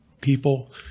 people